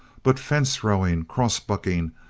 but fence-rowing, cross-bucking,